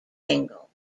angle